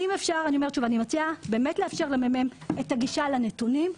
אם אפשר אני מציעה לאפשר למ.מ.מ את הגישה לנתונים,